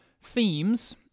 themes